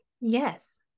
Yes